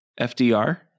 FDR